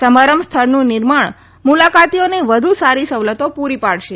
સમારંભ સ્થળનું નિર્માણ મુલાકાતીઓને વધુ સારી સવલતો પૂરી પાડશે